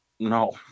No